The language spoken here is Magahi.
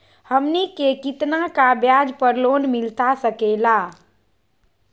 हमनी के कितना का ब्याज पर लोन मिलता सकेला?